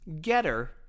getter